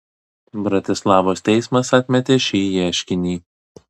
bratislavos teismas atmetė šį ieškinį